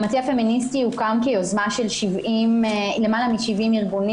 המטה הפמיניסטי הוקם כיוזמה של למעלה מ-70 ארגונים